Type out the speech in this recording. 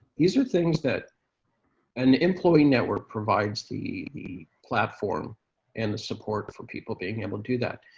these are things that an employee network provides the platform and the support for people being able to do that.